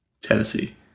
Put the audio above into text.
Tennessee